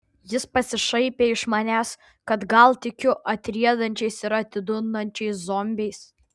jis pasišaipė iš manęs kad gal tikiu atriedančiais ir atidundančiais zombiais